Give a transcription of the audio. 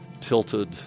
tilted